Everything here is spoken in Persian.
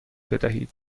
بدهید